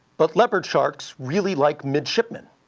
but leopard sharks really like midshipman.